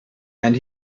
and